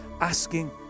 asking